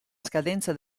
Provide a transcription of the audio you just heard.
scadenza